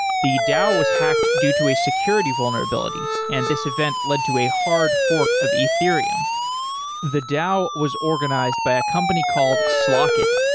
the dao was hacked due to a security vulnerability and this event led to a hard fork of ethereum the dao was organized by a company called slock it.